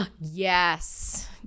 Yes